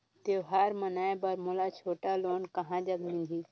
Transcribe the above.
त्योहार मनाए बर मोला छोटा लोन कहां जग मिलही?